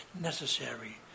necessary